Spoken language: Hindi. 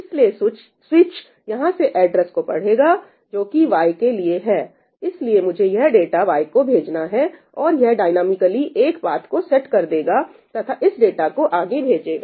इसलिए स्विच यहां से एड्रेस को पढेगा जो कि y के लिए है इसलिए मुझे यह डाटा y को भेजना है और यह डायनॉमिकली एक पाथ को सेट कर देगा तथा इस डाटा को आगे भेजेगा